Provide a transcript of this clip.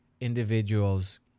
individuals